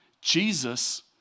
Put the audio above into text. Jesus